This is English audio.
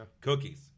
Cookies